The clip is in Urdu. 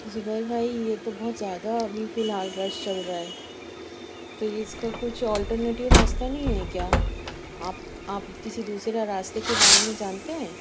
زبیر بھائی یہ تو بہت زیادہ ابھی فی الحال رش چل رہا ہے تو اِس كا كچھ آلٹونیٹی راستہ نہیں ہے کیا آپ آپ کسی دوسرا راستے کے بارے میں جانتے ہیں